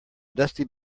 dusty